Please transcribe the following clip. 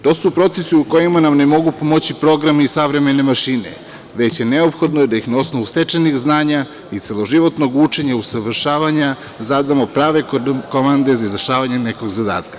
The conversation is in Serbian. To su procesi u kojima nam ne mogu pomoći programi i savremene mašine, već je neophodno da ih na osnovu stečenih znanja i celoživotnog učenja i usavršavanja zadamo prave komande za izvršavanje nekog zadatka.